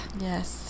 Yes